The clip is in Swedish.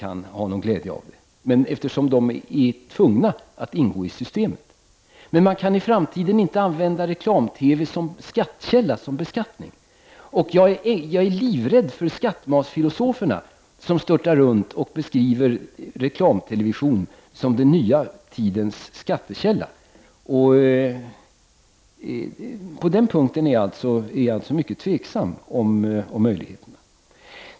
Annonsörerna är där tvungna att ingå i systemet. Men vi kan i framtiden inte använda reklam-TV som skattekälla. Jag är livrädd för skattmasfilosoferna som störtar runt och beskriver reklamtelevision som den nya tidens skattekälla. På den punkten är jag alltså mycket tveksam om möjligheterna.